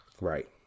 Right